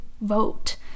vote